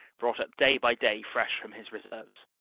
brought up day by day fresh from his reserves.